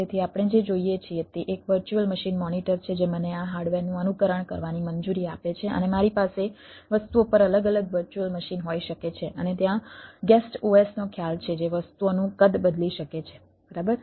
તેથી આપણને જે જોઈએ છે તે એક વર્ચ્યુઅલ મશીન મોનિટર છે જે મને આ હાર્ડવેરનું અનુકરણ કરવાની મંજૂરી આપે છે અને મારી પાસે વસ્તુઓ પર અલગ અલગ વર્ચ્યુઅલ મશીન હોઈ શકે છે અને ત્યાં ગેસ્ટ OSનો ખ્યાલ છે જે વસ્તુઓનું કદ બદલી શકે છે બરાબર